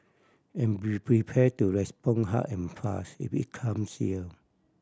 and be prepared to respond hard and fast it be comes here